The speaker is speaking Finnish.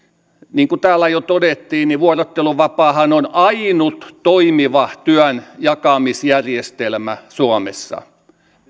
niin kuin täällä jo todettiin niin vuorotteluvapaahan on ainut toimiva työn jakamisjärjestelmä suomessa